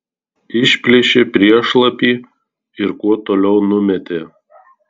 išplėšė priešlapį ir kuo toliau numetė